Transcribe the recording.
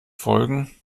folgen